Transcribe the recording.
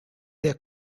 their